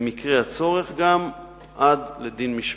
במקרה הצורך עד לדין משמעתי.